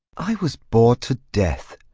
i was bored to death.